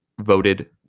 voted